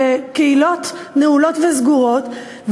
בקהילות נעולות וסגורות,